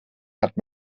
hat